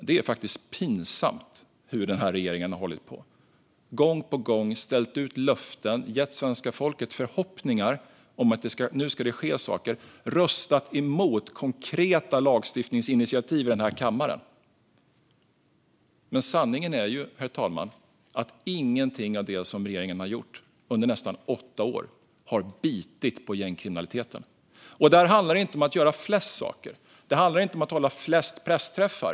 Det är faktiskt pinsamt hur den här regeringen har hållit på. Gång på gång har den ställt ut löften och gett svenska folket förhoppningar om att det nu ska ske saker. Man har röstat emot konkreta lagstiftningsinitiativ i den här kammaren. Men sanningen är att ingenting av det regeringen har gjort under nästa åtta år har bitit på gängkriminaliteten, herr talman. Det handlar inte om att göra flest saker, och det handlar inte om att ha flest pressträffar.